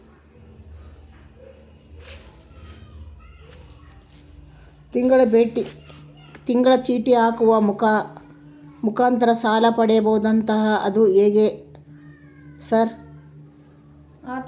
ತಿಂಗಳ ಚೇಟಿ ಹಾಕುವ ಮುಖಾಂತರ ಸಾಲ ಪಡಿಬಹುದಂತಲ ಅದು ಹೆಂಗ ಸರ್?